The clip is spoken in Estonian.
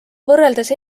võrreldes